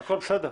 בסדר.